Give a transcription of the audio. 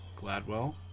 Gladwell